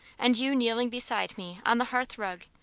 and you kneeling beside me on the hearth-rug,